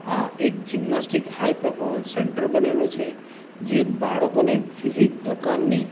આ એક gymnastic high performance centre બનેલું છે જે બાળકોને વિવિધ પ્રકારની